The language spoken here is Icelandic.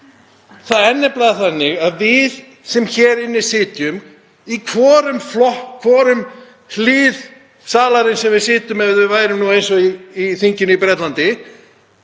það er nefnilega þannig að við sem hér inni sitjum, í hvorri hlið salarins sem við sitjum ef við værum eins og í þinginu í Bretlandi